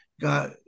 got